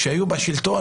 כשהם היו בשלטון,